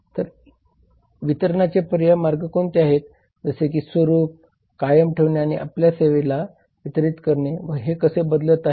तर वितरणाचे पर्यायी मार्ग कोणते आहेत जसे की स्वरूप कायम ठेवणे किंवा आपल्या सेवा वितरीत करणे व हे कसे बदलत आहेत